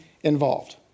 involved